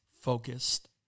focused